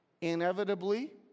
inevitably